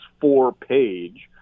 four-page